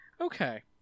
okay